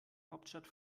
hauptstadt